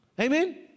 Amen